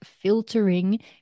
filtering